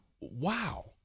Wow